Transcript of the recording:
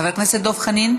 חבר הכנסת דב חנין,